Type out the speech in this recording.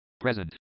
present